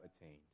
attained